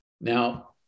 Now